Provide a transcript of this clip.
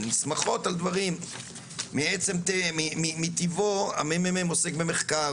הן נסמכות על דברים מטיבו הממ"מ עוסק במחקר,